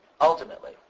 Ultimately